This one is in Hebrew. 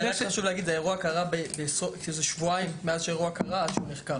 חלפו שבועיים מאז האירוע קרה ועד שהוא נחקר.